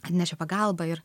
atnešė pagalbą ir